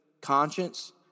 Conscience